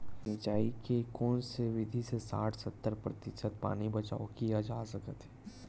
सिंचाई के कोन से विधि से साठ सत्तर प्रतिशत पानी बचाव किया जा सकत हे?